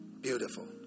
Beautiful